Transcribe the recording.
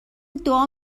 دعا